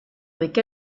avec